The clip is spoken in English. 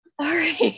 Sorry